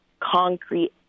concrete